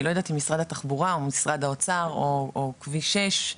אני לא יודעת אם משרד התחבורה או משרד האוצר או כביש 6,